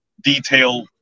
detail